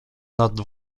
nad